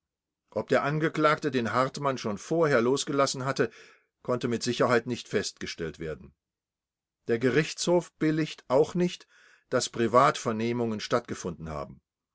ob der angeklagte den hartmann schon vorher losgelassen hatte konnte mit sicherheit nicht festgestellt werden der gerichtshof billigt auch nicht daß privatvernehmungen stattgefunden haben